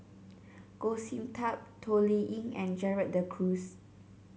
Goh Sin Tub Toh Liying and Gerald De Cruz